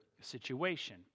situation